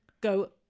go